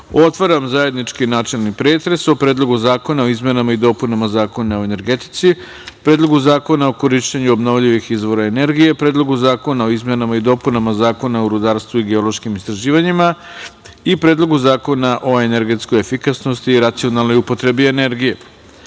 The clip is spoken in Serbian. otvaram zajednički načelni pretres o Predlogu zakona o izmenama i dopuna Zakona o energetici, Predlogu zakona o korišćenju obnovljivih izvora energije, Predlogu zakona o izmenama i dopunama Zakona o rudarstvu i geološkim istraživanjima i Predlogu zakona o energetskoj efikasnosti i racionalnoj upotrebi energije. Pre